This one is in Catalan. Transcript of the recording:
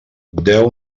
déu